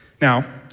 Now